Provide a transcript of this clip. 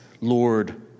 Lord